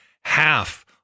half